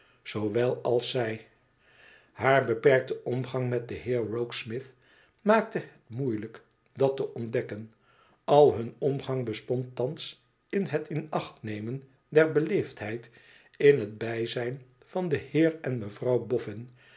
zoowel als zij haar beperkte omgang met den heer rokesmith maakte het moeilijk dat te ontdekken al hun omgang bestond thans in het in acht nemen der beleefdheid in het bijzijn van den heer en mevrouw boffin